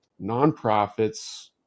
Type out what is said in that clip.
nonprofits